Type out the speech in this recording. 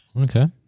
Okay